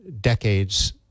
decades